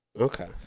Okay